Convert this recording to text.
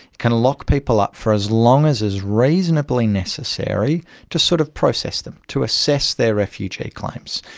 can lock people up for as long as is reasonably necessary to sort of process them, to assess their refugee claims.